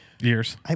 Years